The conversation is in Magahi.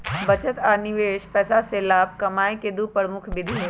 बचत आ निवेश पैसा से लाभ कमाय केँ दु प्रमुख विधि हइ